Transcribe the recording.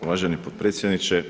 Uvaženi potpredsjedniče.